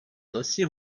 досі